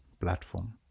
platform